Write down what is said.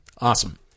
Awesome